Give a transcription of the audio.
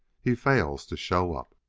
he fails to show up.